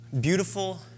Beautiful